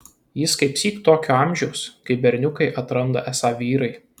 jis kaipsyk tokio amžiaus kai berniukai atranda esą vyrai